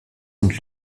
und